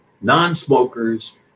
non-smokers